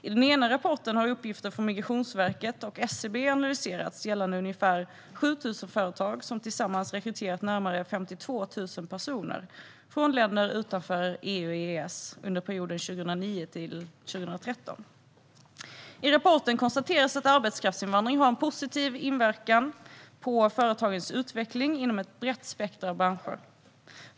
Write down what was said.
I den ena rapporten har uppgifter från Migrationsverket och SCB analyserats gällande ungefär 7 000 företag som tillsammans rekryterat närmare 52 000 personer från länder utanför EU/EES under perioden 2009-2013. I rapporten konstateras att arbetskraftsinvandring har en positiv inverkan på företagens utveckling inom ett brett spektrum av branscher.